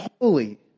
holy